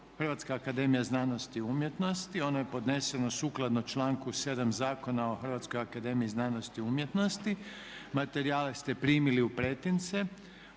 Hrvatska akademija znanosti i umjetnosti. Ono je podneseno sukladno članku 7. Zakona o Hrvatskoj akademiji znanosti i umjetnosti. Materijale ste primili u pretince.